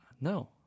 No